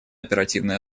оперативной